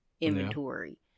inventory